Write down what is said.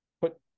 put